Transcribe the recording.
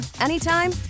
anytime